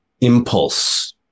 impulse